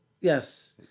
yes